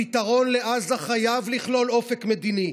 הפתרון לעזה חייב לכלול אופק מדיני,